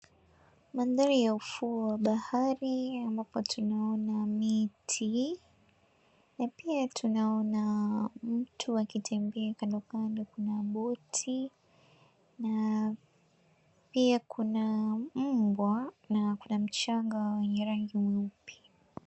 Mandhari ya ufuo wa bahari ambapo tunaona miti na pia tunaona mtu akitembea. Kando kando kuna boti na pia kuna mbwa na kuna mchanga wenye rangi mweupe.